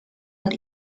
und